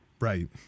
Right